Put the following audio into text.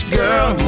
girl